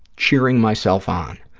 cheering myself on.